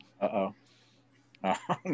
Uh-oh